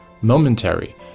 momentary